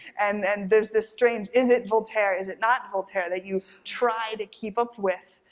and and there's this strange is it voltaire is it not voltaire that you try to keep up with.